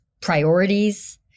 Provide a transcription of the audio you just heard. priorities